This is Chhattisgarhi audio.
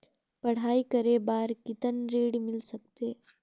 पढ़ाई करे बार कितन ऋण मिल सकथे?